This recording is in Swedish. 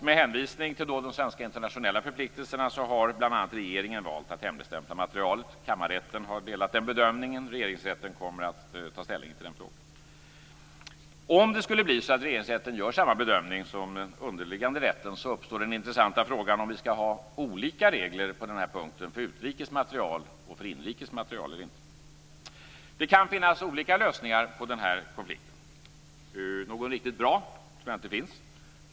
Med hänvisning till de svenska internationella förpliktelserna har regeringen valt att hemligstämpla materialet. Kammarrätten har delat den bedömningen. Regeringsrätten kommer att ta ställning till den frågan. Om Regeringsrätten gör samma bedömning som den underliggande rätten, uppstår den intressanta frågan om det skall vara olika regler för utrikes material och för inrikes material. Det kan finnas olika lösningar på konflikten. Någon riktigt bra tror jag inte finns.